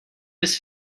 his